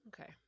Okay